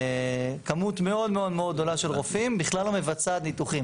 כמות מאוד מאוד גדולה של רופאים בכלל לא מבצעת ניתוחים,